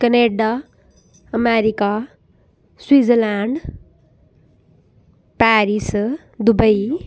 Canada America Switzerland Paris Dubai